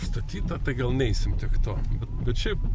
užstatyta tai gal neisim tiek to bet šiaip